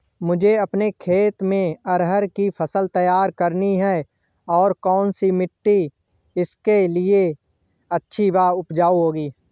मुझे अपने खेत में अरहर की फसल तैयार करनी है और कौन सी मिट्टी इसके लिए अच्छी व उपजाऊ होगी?